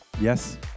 Yes